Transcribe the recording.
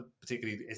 particularly